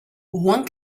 one